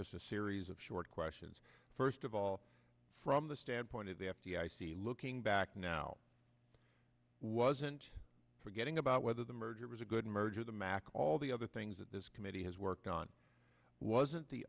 just a series of short questions first of all from the standpoint of the f d i c looking back now wasn't forgetting about whether the merger was a good merger the mack all the other things that this committee has worked on wasn't the